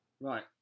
Right